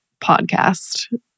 podcast